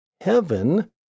heaven